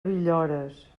villores